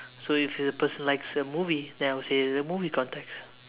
so if the person likes a movie then I'd say it's a movie context